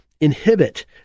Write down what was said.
inhibit